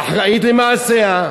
היא אחראית למעשיה,